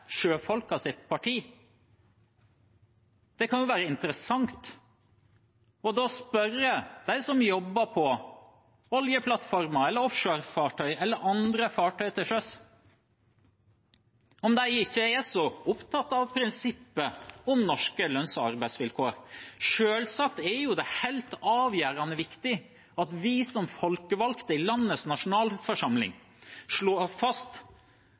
parti. Det kan da være interessant å spørre dem som jobber på oljeplattformer, offshorefartøy eller andre fartøy til sjøs, om de ikke er så opptatt av prinsippet om norske lønns- og arbeidsvilkår. Selvsagt er det helt avgjørende viktig at vi som folkevalgte i landets nasjonalforsamling slår fast